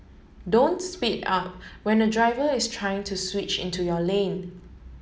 don't speed up when a driver is trying to switch into your lane